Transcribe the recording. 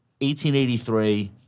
1883